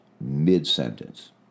mid-sentence